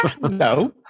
No